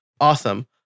Awesome